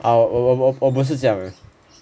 哦我我我我不是这样的